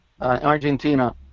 Argentina